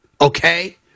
okay